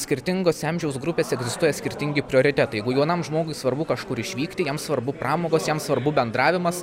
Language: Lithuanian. skirtingose amžiaus grupėse egzistuoja skirtingi prioritetai jeigu jaunam žmogui svarbu kažkur išvykti jam svarbu pramogos jam svarbu bendravimas